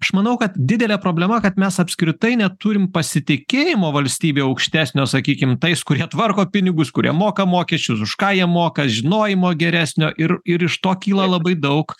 aš manau kad didelė problema kad mes apskritai neturim pasitikėjimo valstybe aukštesnio sakykim tais kurie tvarko pinigus kurie moka mokesčius už ką jie moka žinojimo geresnio ir ir iš to kyla labai daug